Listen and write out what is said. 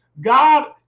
god